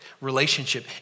relationship